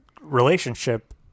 relationship